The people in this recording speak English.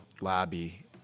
lobby